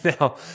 Now